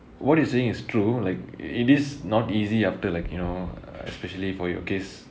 what you're saying is true like it is not easy after like you know especially for your case